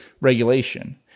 regulation